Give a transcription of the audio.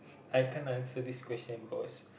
I cannot answer this question cause